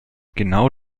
genau